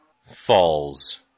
falls